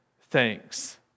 thanks